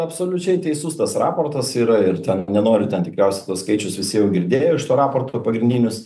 absoliučiai teisus tas raportas yra ir ten nenoriu ten tikriausiai tuos skaičius visi jau girdėjo iš to raporto pagrindinius